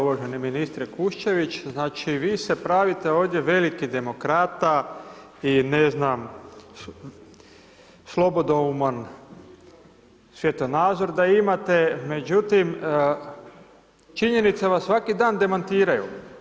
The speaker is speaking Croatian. Uvaženi ministre Kuščević, znači vi se pravite ovdje veliki demokrata i ne znam, slobodouman svjetonazor na imate, međutim činjenice vas svaki dan demantiraju.